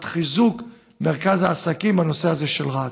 חיזוק מרכז העסקים בנושא הזה של רהט.